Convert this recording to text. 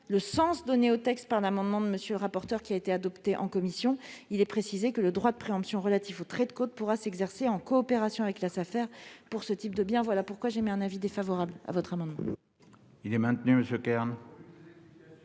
le sens donné au texte par l'amendement de M. le rapporteur, qui a été adopté en commission : il est précisé que le droit de préemption relatif au trait de côte pourra s'exercer en coopération avec la Safer pour ce type de biens. Le Gouvernement émet donc un avis défavorable sur cet amendement.